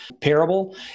parable